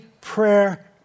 prayer